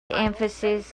emphasis